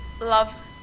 love